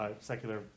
secular